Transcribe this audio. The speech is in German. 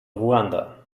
ruanda